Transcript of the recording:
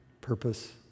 purpose